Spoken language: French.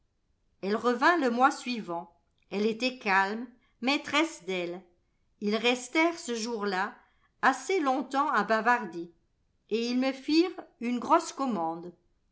elle revint le mois suivant elle était calme maîtresse d'elle ils restèrent ce jourlà assez longtemps à bavarder et ils me firent une grosse commande